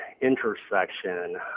intersection